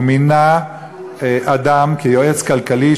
הוא מינה אדם כיועץ כלכלי,